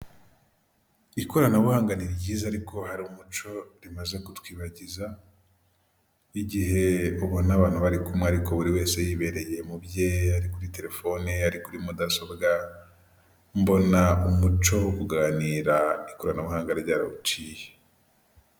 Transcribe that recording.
Nta muntu utagira inzozi zo kuba mu nzu nziza kandi yubatse neza iyo nzu iri mu mujyi wa kigali uyishaka ni igihumbi kimwe cy'idolari gusa wishyura buri kwezi maze nawe ukibera ahantu heza hatekanye.